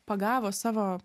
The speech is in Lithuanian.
pagavo savo